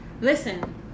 Listen